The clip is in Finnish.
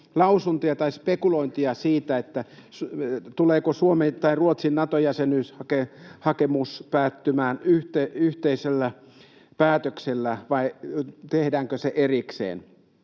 lausuntoja tai spekulointeja siitä, tullaanko Suomen ja Ruotsin Nato-jäse- nyyshakemuksista päättämään yhteisellä päätöksellä vai tehdäänkö ne erikseen.